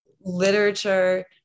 literature